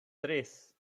tres